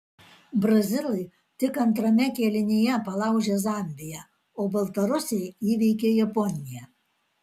brazilai tik antrame kėlinyje palaužė zambiją o baltarusiai įveikė japoniją